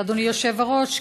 אדוני היושב-ראש,